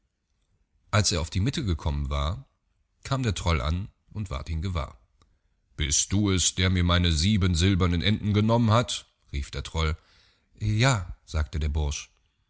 als er auf die mitte gekommen war kam der troll an und ward ihn gewahr bist du es der mir meine sieben silbernen enten genommen hat rief der troll ja a sagte der bursch